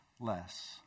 less